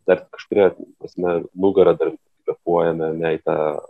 dar kažkuria prasme nugarą dar kvėpuojame ne į tą